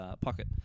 pocket